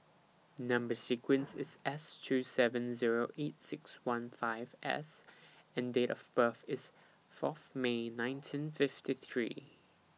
Number sequence IS S two seven Zero eight six one five S and Date of birth IS Fourth May nineteen fifty three